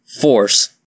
Force